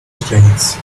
strengths